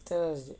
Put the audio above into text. thursday